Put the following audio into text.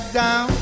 down